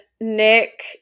Nick